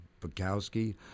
Bukowski